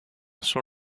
son